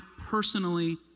personally